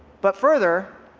but further,